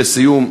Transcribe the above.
לסיום,